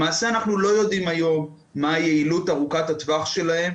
למעשה אנחנו לא יודעים היום מה היעילות ארוכת הטווח שלהם,